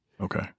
Okay